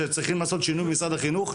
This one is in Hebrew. שצריכים לעשות שינוי במשרד החינוך,